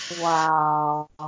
Wow